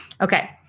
Okay